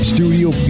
Studio